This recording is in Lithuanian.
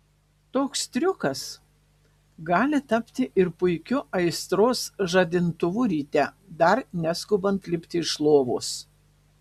toks triukas gali tapti ir puikiu aistros žadintuvu ryte dar neskubant lipti iš lovos